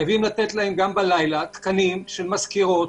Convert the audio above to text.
חייבים להציג גם בלילה תקנים של מזכירות